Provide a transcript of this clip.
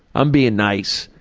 i'm being nice.